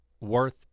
Worth